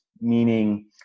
meaning